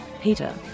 Peter